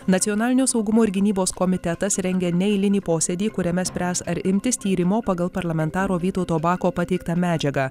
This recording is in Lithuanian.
nacionalinio saugumo ir gynybos komitetas rengia neeilinį posėdį kuriame spręs ar imtis tyrimo pagal parlamentaro vytauto bako pateiktą medžiagą